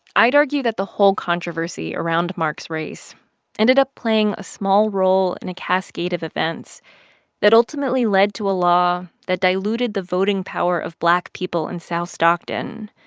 i'd argue that the whole controversy around mark's race ended up playing a small role in a cascade of events that ultimately led to a law that diluted the voting power of black people in south stockton